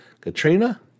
Katrina